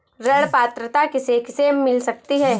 ऋण पात्रता किसे किसे मिल सकती है?